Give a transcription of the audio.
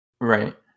Right